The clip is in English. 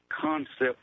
concept